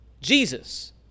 Jesus